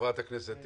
חברת הכנסת הילה.